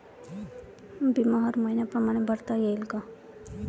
बिमा हर मइन्या परमाने भरता येऊन का?